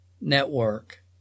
network